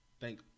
Thank